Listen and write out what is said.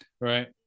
Right